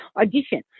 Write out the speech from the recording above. audition